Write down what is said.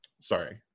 sorry